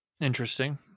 Interesting